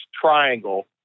triangle